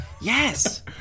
Yes